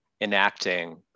enacting